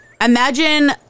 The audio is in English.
Imagine